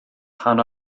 pan